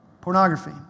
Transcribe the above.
pornography